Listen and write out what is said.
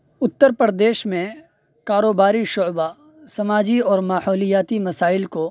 اتّر پردیش میں کاروباری شعبہ سماجی اور ماحولیاتی مسائل کو